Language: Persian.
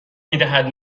میدهد